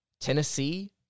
Tennessee